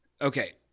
Okay